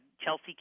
Chelsea